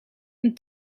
een